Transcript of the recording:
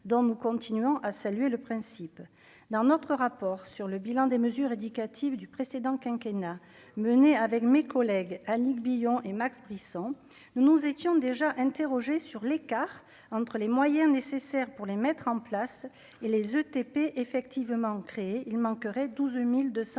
dont nous continuons à saluer le principe d'un autre rapport sur le bilan des mesures éducatives du précédent quinquennat menée avec mes collègues ah Ligue bilan et Max Brisson, nous nous étions déjà interrogé sur l'écart entre les moyens nécessaires pour les mettre en place et les ETP effectivement créé, il manquerait 12200